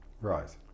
Right